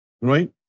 Right